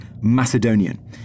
Macedonian